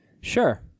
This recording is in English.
Sure